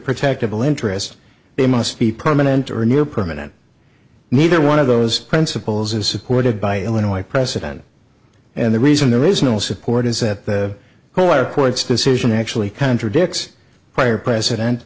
interest they must be permanent or near permanent neither one of those principles is supported by illinois president and the reason there is no support is that the whole lot of court's decision actually contradicts prior president